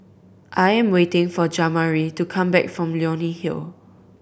I am waiting for Jamari to come back from Leonie Hill